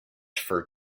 for